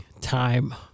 time